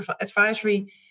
advisory